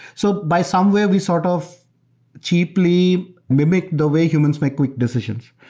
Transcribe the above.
so by some way, we sort of cheaply mimicked the way humans make weak decisions.